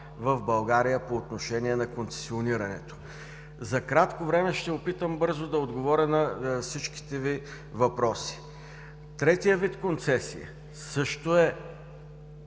в България по отношение на концесионирането. За кратко време ще се опитам бързо да отговоря на всичките Ви въпроси. Третият вид концесия също е